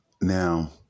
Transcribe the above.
Now